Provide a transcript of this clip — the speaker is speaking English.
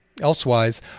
elsewise